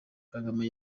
kagame